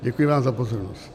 Děkuji vám za pozornost.